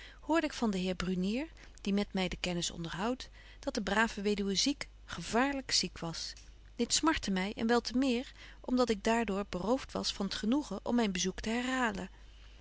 hoorde ik van den heer brunier die met my de kennis onderhoudt dat de brave weduwe ziek gevaarlyk ziek was dit smartte my en wel te meer om dat ik daar door berooft was van t genoegen om myn bezoek te herhalen